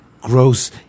gross